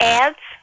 ads